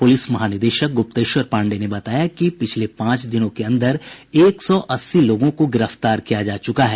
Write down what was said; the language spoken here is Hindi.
पुलिस महानिदेशक गुप्तेश्वर पांडेय ने बताया कि पिछले पांच दिनों के अन्दर एक सौ अस्सी लोगों को गिरफ्तार किया जा चुका है